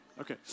okay